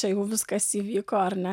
tai jau viskas įvyko ar ne